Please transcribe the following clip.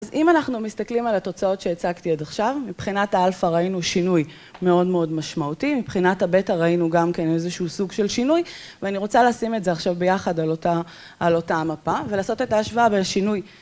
אז אם אנחנו מסתכלים על התוצאות שהצגתי עד עכשיו, מבחינת ה-Alpha ראינו שינוי מאוד מאוד משמעותי, מבחינת ה-Beta ראינו גם כן איזשהו סוג של שינוי, ואני רוצה לשים את זה עכשיו ביחד על אותה מפה ולעשות את ההשוואה בין השינוי